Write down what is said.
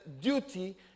duty